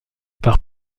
par